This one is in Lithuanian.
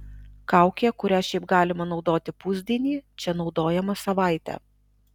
kaukė kurią šiaip galima naudoti pusdienį čia naudojama savaitę